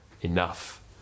enough